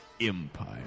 Empire